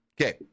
Okay